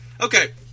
Okay